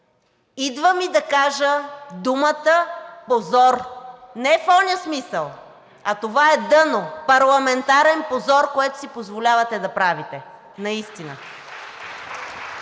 Идва ми да кажа думата позор, не в онзи смисъл, а това е дъно, парламентарен позор, което си позволявате да правите. Наистина.